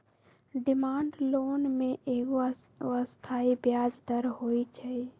demand loan में एगो अस्थाई ब्याज दर होइ छइ